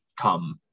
come